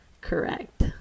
Correct